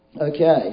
Okay